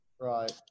Right